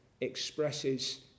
expresses